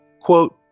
Quote